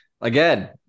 again